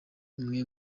imwe